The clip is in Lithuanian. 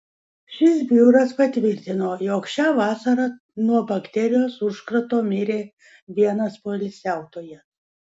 šis biuras patvirtino jog šią vasarą nuo bakterijos užkrato mirė vienas poilsiautojas